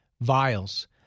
Vials